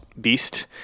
Beast